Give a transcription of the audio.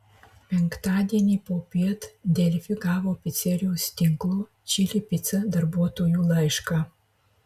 penktadienį popiet delfi gavo picerijos tinklo čili pica darbuotojų laišką